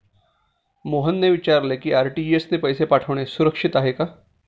मोहनने विचारले की आर.टी.जी.एस ने पैसे पाठवणे सुरक्षित आहे का?